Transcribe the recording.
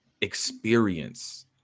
experience